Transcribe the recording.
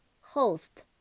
Host